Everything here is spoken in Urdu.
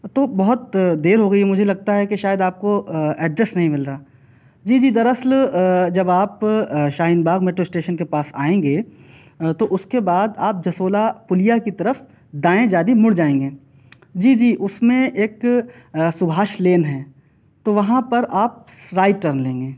تو بہت دیر ہو گئی مجھے لگتا ہے کہ شاید آپ کو ایڈریس نہیں مل رہا جی جی دراصل جب آپ شاہین باغ میٹرو اسٹیشن کے پاس آئیں گے تو اُس کے بعد آپ جسولا پُلیا کی طرف دائیں جانب مڑ جائیں گے جی جی اُس میں ایک سُبھاش لین ہے تو وہاں پر آپ سو رائٹ ٹرن لیں گے